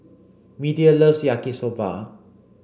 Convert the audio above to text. Media loves Yaki soba